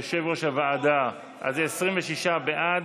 יושב-ראש הוועדה, אז זה 26 בעד.